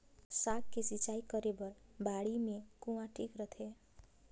साग के सिंचाई करे बर बाड़ी मे कुआँ ठीक रहथे?